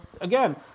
again